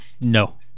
no